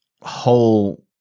whole